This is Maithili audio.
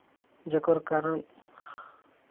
जकर कारण